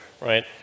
right